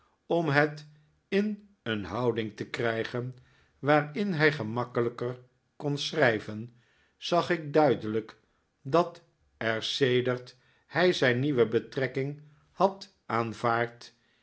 om het in een houding te krijgen waarin hij gemakkelijker kon schrijven zag ik duidelijk dat er sedert hij zijn nieuwe betrekking had aanvaard